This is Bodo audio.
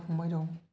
बिदा फंबाय दं